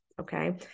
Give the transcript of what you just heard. okay